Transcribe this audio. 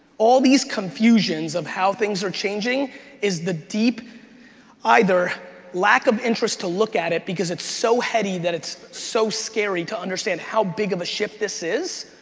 all these confusions of how things are changing is the deep either lack of interest to look at it because it's so heady that it's so scary to understand how big of a shift this is,